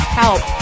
help